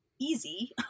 easy